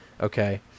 Okay